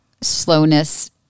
slowness